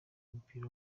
w’umupira